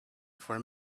for